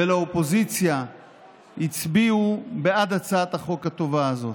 ולאופוזיציה הצביעו בעד הצעת החוק הטובה הזאת,